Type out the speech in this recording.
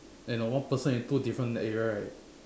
and then one person is two different area right